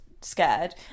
scared